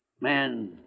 Man